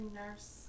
nurse